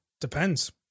depends